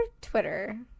Twitter